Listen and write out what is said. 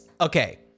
okay